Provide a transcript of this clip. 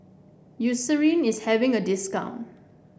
Eucerin is having a discount